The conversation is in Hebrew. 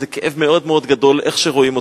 הוא כאב מאוד מאוד גדול איך שרואים אותו,